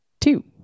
two